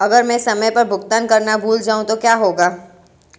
अगर मैं समय पर भुगतान करना भूल जाऊं तो क्या होगा?